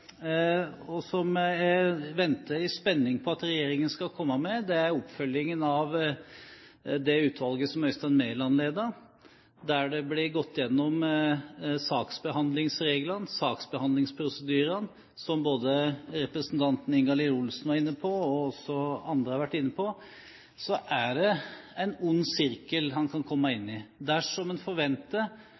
viktigste som jeg har ventet i spenning på at regjeringen skal komme med, er oppfølgingen av innstillingen fra det utvalget som Øystein Meland ledet, der saksbehandlingsreglene og saksbehandlingsprosedyrene ble gått gjennom. Som både representanten Ingalill Olsen var inne på, og som andre også har vært inne på, er det en ond sirkel man kan komme inn i dersom en forventer